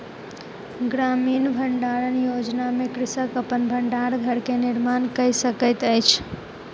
ग्रामीण भण्डारण योजना में कृषक अपन भण्डार घर के निर्माण कय सकैत अछि